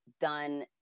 done